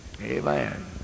Amen